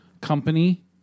company